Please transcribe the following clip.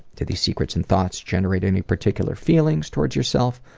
do these secrets and thoughts generate any particular feelings towards yourself?